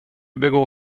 begå